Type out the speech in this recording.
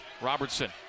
Robertson